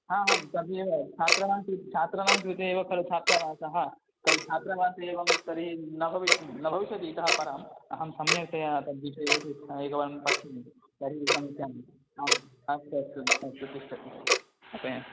तदेव छात्राणां कृत् छात्राणां कृते एव खलु छात्रावासः तत् छात्रावासे एवं तर्हि न भवि न भविष्यति इतः परम् अहं सम्यक्तया तद्विषयेपि एकवारं पश्यन्तु तर्हि समीचीनम् आम् अस्तु अस्तु चिकित्सतु स्थापयामि